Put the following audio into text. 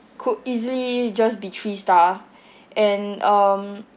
could easily just be three star and um